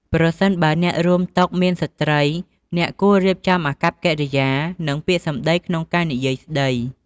ប្រសិនបើអ្នករួមតុមានស្ត្រី អ្នកគួររៀបចំអាកប្បកិរិយា និងពាក្យសម្ដីក្នុងការនិយាយស្ដី។